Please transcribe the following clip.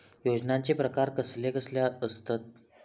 योजनांचे प्रकार कसले कसले असतत?